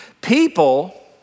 People